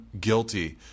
guilty